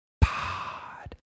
Pod